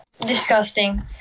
Disgusting